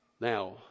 Now